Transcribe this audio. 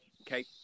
Okay